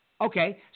Okay